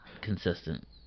consistent